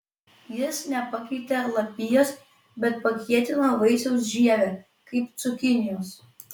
jis nepakeitė lapijos bet pakietino vaisiaus žievę kaip cukinijos